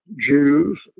Jews